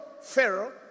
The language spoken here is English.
Pharaoh